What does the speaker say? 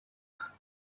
cyane